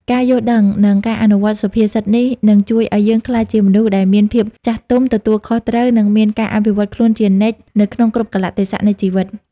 ការយល់ដឹង និងការអនុវត្តន៍សុភាសិតនេះនឹងជួយឱ្យយើងក្លាយជាមនុស្សដែលមានភាពចាស់ទុំ ទទួលខុសត្រូវ និងមានការអភិវឌ្ឍន៍ខ្លួនជានិច្ចនៅក្នុងគ្រប់កាលៈទេសៈនៃជីវិត។